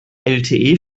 lte